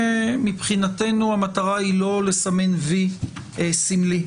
מבחינתנו המטרה היא לא לסמן וי סמלי,